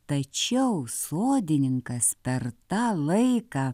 tačiau sodininkas per tą laiką